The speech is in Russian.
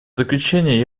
заключение